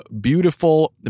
beautiful